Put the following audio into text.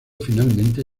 finalmente